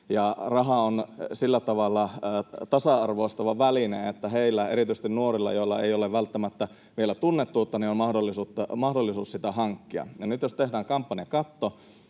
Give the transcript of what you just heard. raha on sillä tavalla tasa-arvoistava väline, että heillä, erityisesti nuorilla, joilla ei ole välttämättä vielä tunnettuutta, on mahdollisuus sitä hankkia. Nyt jos tehdään kampanjakatto,